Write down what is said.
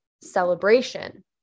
celebration